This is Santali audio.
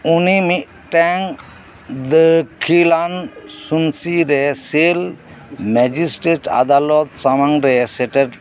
ᱩᱱᱤ ᱢᱤᱫᱴᱮᱱ ᱫᱟᱹᱠᱷᱤᱞᱟᱱ ᱥᱚᱝᱥᱤ ᱨᱮ ᱥᱤᱞ ᱢᱮᱡᱤᱥᱴᱨᱮᱴ ᱟᱫᱟᱞᱚᱛ ᱥᱟᱢᱟᱝ ᱨᱮ ᱥᱮᱴᱮᱨ